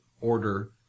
order